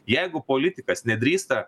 jeigu politikas nedrįsta